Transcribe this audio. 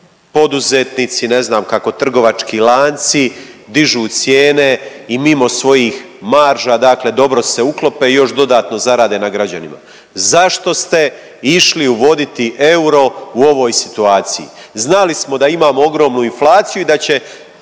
poduzetnici, ne znam kako trgovački lanci dižu cijene i mimo svojih marža. Dakle, dobro se uklope i još dodatno zarade na građanima. Zašto ste išli uvoditi euro u ovoj situaciji? Znali smo da imamo ogromnu inflaciju i da će